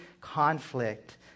conflict